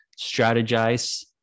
strategize